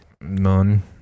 None